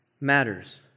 matters